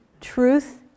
Truth